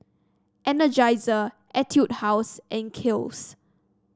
Energizer Etude House and Kiehl's